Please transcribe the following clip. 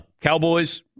Cowboys